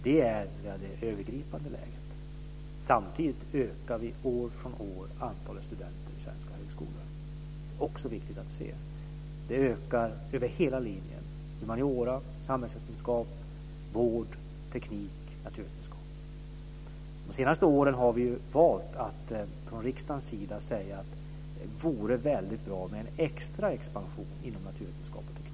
Det är det övergripande läget. Samtidigt ökar vi år från år antalet studenter i svenska högskolor. Det är också viktigt att se. Det ökar över hela linjen: humaniora, samhällsvetenskap, vård, teknik, naturvetenskap. De senaste åren har vi valt att säga från riksdagens sida att det vore bra med en extra expansion inom naturvetenskap och teknik.